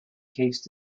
case